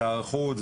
זה היערכות,